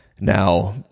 Now